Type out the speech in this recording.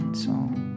song